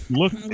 look